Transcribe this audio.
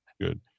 Good